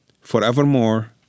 forevermore